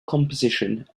composition